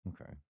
Okay